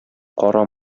кара